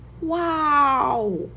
wow